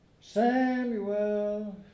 Samuel